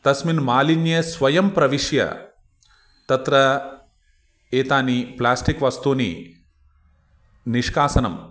तस्मिन् मालिन्ये स्वयं प्रविष्य तत्र एतानि प्लास्टिक् वस्तूनि निष्कासनं